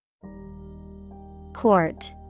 Court